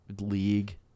league